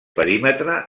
perímetre